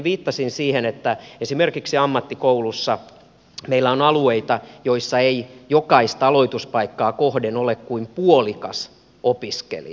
viittasin siihen että esimerkiksi ammattikoulussa meillä on alueita joilla ei jokaista aloituspaikkaa kohden ole kuin puolikas opiskelija